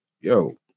yo